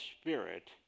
Spirit